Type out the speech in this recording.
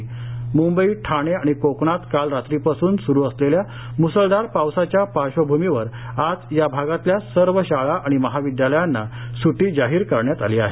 म्ंबई ठाणे आणि कोकणात काल रात्रीपासून सूरू असलेल्या म्सळधार पावसाच्या पार्श्वभूमीवर आज या भागातल्या सर्व शाळा आणि महाविद्यालयांना सुटी जाहीर करण्यात आली आहे